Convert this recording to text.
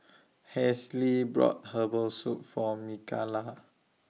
Halsey bought Herbal Soup For Mikalah